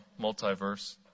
multiverse